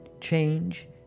Change